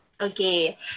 Okay